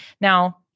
Now